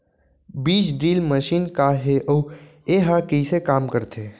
बीज drill machine का हे अऊ एहा कइसे काम करथे?